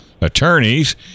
attorneys